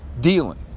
dealing